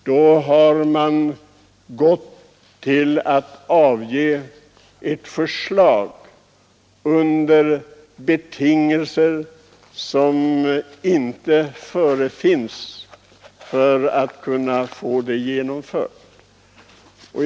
Då har man avlämnat ett förslag, för vars genomförande betingelser saknas.